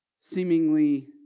seemingly